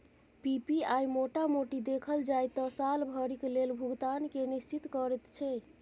PPI मोटा मोटी देखल जाइ त साल भरिक लेल भुगतान केँ निश्चिंत करैत छै